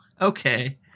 okay